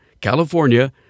California